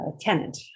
tenant